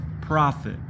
prophet